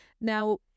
Now